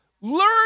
Learn